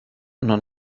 non